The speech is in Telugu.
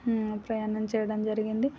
ప్రయాణం చేయడం జరిగింది